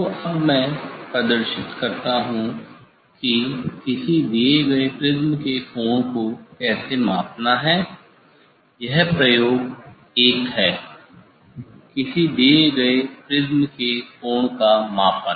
तो अब मैं प्रदर्शित करता हूं कि किसी दिए गए प्रिज्म के कोण को कैसे मापना है यह प्रयोग 1 है किसी दिए गए प्रिज्म के कोण का मापन